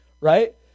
Right